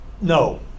No